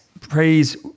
praise